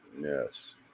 Yes